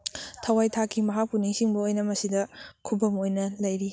ꯊꯋꯥꯏ ꯊꯥꯈꯤ ꯃꯍꯥꯛꯄꯨ ꯅꯤꯡꯁꯤꯡꯕ ꯑꯣꯏꯅ ꯃꯁꯤꯗ ꯈꯨꯕꯝ ꯑꯣꯏꯅ ꯂꯩꯔꯤ